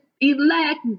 elect